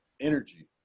energy